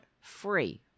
free